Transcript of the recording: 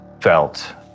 felt